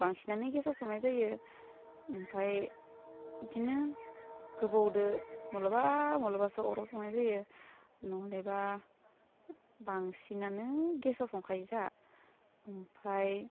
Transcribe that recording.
बांसिनानो गेसआव संनाय जायो ओमफाय बिदिनो गोबावदो मालाबा मालाबासो अराव संनाय जायो नङाबा बांसिनानो गेसाव संखायो जोंहा ओमफ्राय